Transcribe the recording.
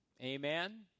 Amen